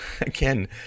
again